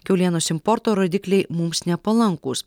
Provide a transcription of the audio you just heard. kiaulienos importo rodikliai mums nepalankūs